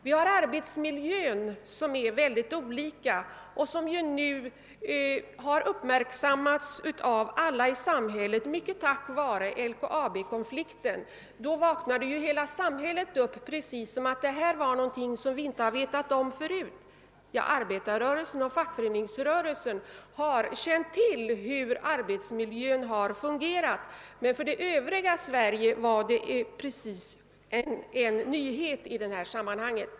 Vi har arbetsmiljön som är mycket olika och som nu har uppmärksammats av alla i samhället, mycket på grund av LKAB-konflikten. Då vaknade ju hela samhället upp — precis som om detta var någonting som vi inte vetat om förut. Ja, arbetarrörelsen och fackföreningsrörelsen har känt till hur arbetsmiljön fungerat, men för det Övriga Sverige var det tydligen en nyhet i detta sammanhang.